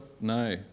No